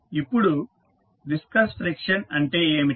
slide సమయం 1110 చూడండి ఇప్పుడు విస్కస్ ఫ్రిక్షన్ అంటే ఏమిటి